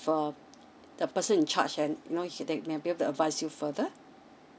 a the person in charge and you know he then maybe he have to advice you further